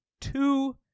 two